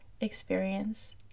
experience